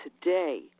today